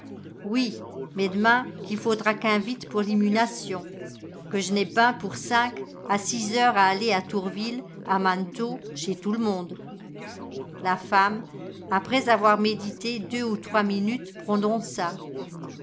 oui mais demain qui faudra qu'invite pour l'imunation que j'n ai ben pour cinq à six heures à aller de tourville à manetot chez tout le monde la femme après avoir médité deux ou trois minutes prononça